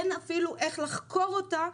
אין אפילו איך לחקור אותה,